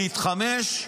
להתחמש,